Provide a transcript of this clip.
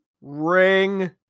Ring